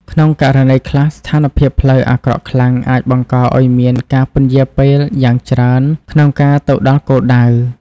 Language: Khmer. ក្នុងករណីខ្លះ ស្ថានភាពផ្លូវអាក្រក់ខ្លាំងអាចបង្កឱ្យមានការពន្យារពេលយ៉ាងច្រើនក្នុងការទៅដល់គោលដៅ។